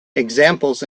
examples